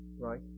right